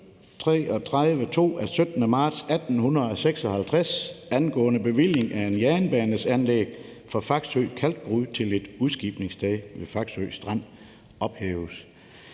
17332 af 17. marts 1856 ang. Bevilling af en Jernbanes Anlæg fra Faxøe Kalkbrud til et Udskibningssted ved Faxøe Strand ophæves.«